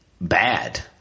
Bad